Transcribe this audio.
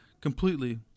completely